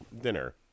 dinner